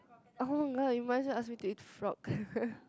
[oh]-my-god you might as well ask me to eat frog